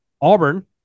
Auburn